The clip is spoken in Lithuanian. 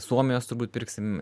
suomijos turbūt pirksim